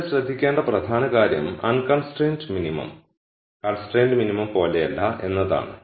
ഇവിടെ ശ്രദ്ധിക്കേണ്ട പ്രധാന കാര്യം അൺകൺസ്ട്രൈൻഡ് മിനിമം കൺസ്ട്രൈന്റ് മിനിമം പോലെയല്ല എന്നതാണ്